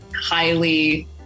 highly